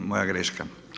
Moja greška.